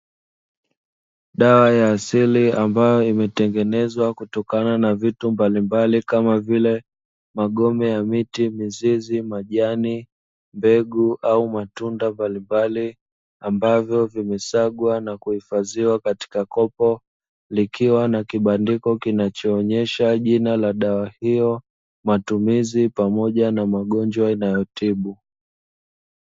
Dawa ya asili ambayo imetengenezwa kutokana na vitu mbalimbali kama vile magome ya miti, mizizi, majani, mbegu au matunda mbalimbali ambavyo vimesagwa na kuhifadhiwa katika kopo likiwa na kibandiko kinachoonyesha jina la dawa hiyo, matumizi pamoja na magonjwa inayotibu.